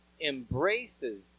embraces